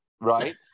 right